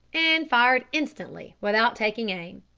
and fired instantly, without taking aim.